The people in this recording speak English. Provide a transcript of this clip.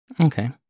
Okay